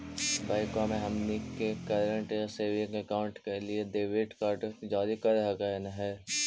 बैंकवा मे हमनी के करेंट या सेविंग अकाउंट के लिए डेबिट कार्ड जारी कर हकै है?